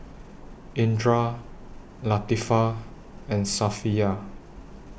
Indra Latifa and Safiya